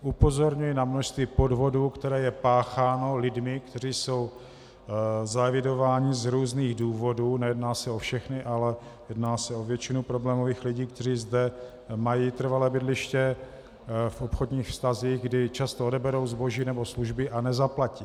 Upozorňuji na množství podvodů, které jsou páchány lidmi, kteří jsou zaevidováni z různých důvodů, nejedná se o všechny, ale jedná se o většinu problémových lidí, kteří zde mají trvalé bydliště, v obchodních vztazích, kdy často odeberou zboží nebo služby a nezaplatí.